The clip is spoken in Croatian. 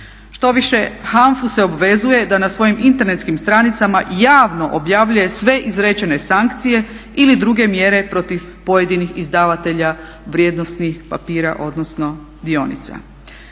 Štoviše, HANFA-u se obvezuje da na svojim internetskim stranicama javno objavljuje sve izrečene sankcije ili druge mjere protiv pojedinih izdavatelja vrijednosnih papira, odnosno dionica.